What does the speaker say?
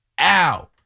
ow